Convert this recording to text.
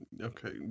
Okay